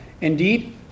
indeed